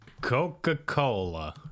Coca-Cola